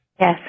Yes